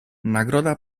nagroda